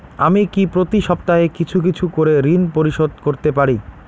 আমি কি প্রতি সপ্তাহে কিছু কিছু করে ঋন পরিশোধ করতে পারি?